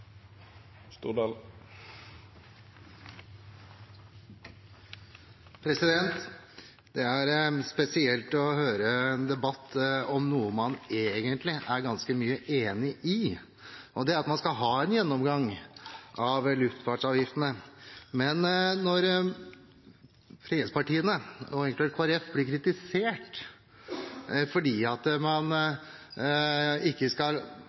med. Det er spesielt å høre en slik debatt om noe man egentlig er ganske enig i, og det er at man skal ha en gjennomgang av luftfartsavgiftene. Men når regjeringspartiene og Kristelig Folkeparti blir kritisert fordi